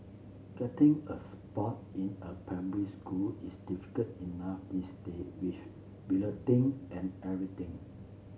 getting a spot in a primary school is difficult enough these day with balloting and everything